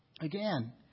Again